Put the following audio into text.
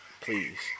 please